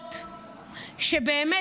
משפחות שבאמת,